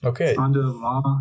Okay